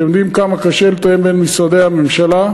אתם יודעים כמה קשה לתאם בין משרדי הממשלה.